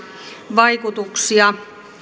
vaikutuksia